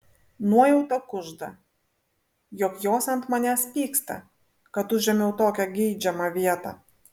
nuojauta kužda jog jos ant manęs pyksta kad užėmiau tokią geidžiamą vietą